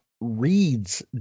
reads